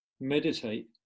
meditate